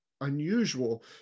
unusual